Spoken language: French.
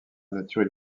nature